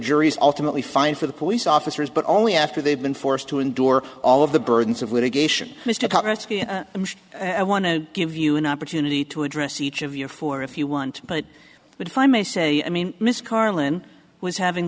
juries ultimately find for the police officers but only after they've been forced to endure all of the burdens of litigation mr thomas i want to give you an opportunity to address each of you for if you want but if i may say i mean mr carlin was having